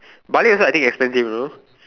Bali I also I think expensive you know